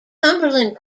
cumberland